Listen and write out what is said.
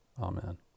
Amen